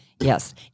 Yes